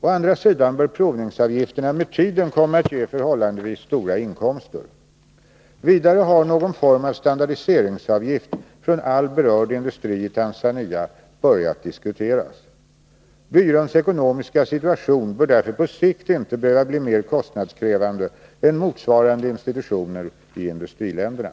Å andra sidan bör provningsavgifterna med tiden komma att ge förhållandevis stora inkomster. Vidare har någon form av standardiseringsavgift från all berörd industri i Tanzania börjat diskuteras. Byråns ekonomiska situation bör därför på sikt inte behöva bli mera kostnadskrävande än motsvarande institutioner i industriländerna.